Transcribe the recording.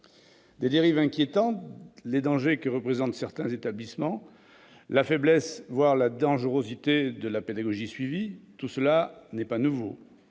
Des dérives inquiétantes, les dangers que représentent certains établissements, la faiblesse, voire la dangerosité de la pédagogie suivie, tout cela n'est pas nouveau